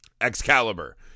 excalibur